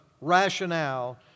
rationale